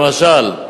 למשל,